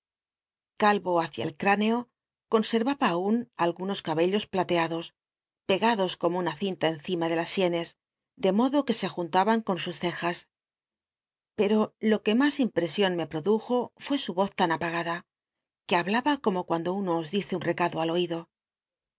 calvo h icia el cráneo conservaba aun algunos cabellos plateados pegados como una cinta encima de las sienes de modo ijuc se juntaban con sus cejas ero lo que mas imp rc ion me wodujo fué su y oz tan apagada que hablaba como cuando tmo os dice un recado al oido